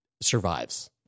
survives